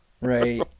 right